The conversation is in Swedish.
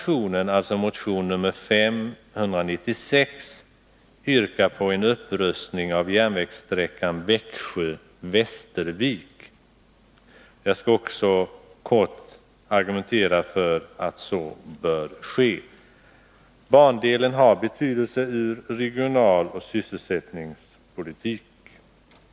I motion 596 yrkas på en upprustning av järnvägssträckan Växjö-Västervik. Jag skall kort argumentera för det kravet. Bandelen har betydelse ur regionaloch sysselsättningspolitisk synpunkt.